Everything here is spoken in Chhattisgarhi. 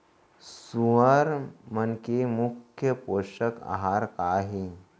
सुअर मन के मुख्य पोसक आहार का हे?